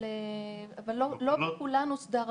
לא בכולן הוסדר הרישוי.